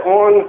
on